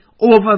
over